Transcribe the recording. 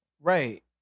Right